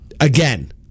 again